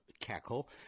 cackle